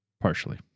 Partially